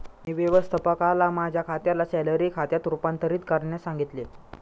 मी व्यवस्थापकाला माझ्या खात्याला सॅलरी खात्यात रूपांतरित करण्यास सांगितले